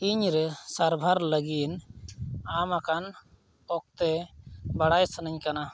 ᱤᱧᱨᱮ ᱥᱟᱨᱵᱷᱟᱨ ᱞᱟᱹᱜᱤᱫ ᱮᱢᱟᱠᱟᱱ ᱚᱠᱛᱚ ᱵᱟᱰᱟᱭ ᱥᱟᱹᱱᱟᱹᱧ ᱠᱟᱱᱟ